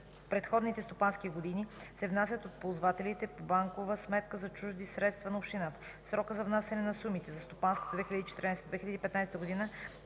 предходните стопански години, се внасят от ползвателите по банкова сметка за чужди средства на общината. Срокът за внасяне на сумите за стопанската 2014 – 2015 г.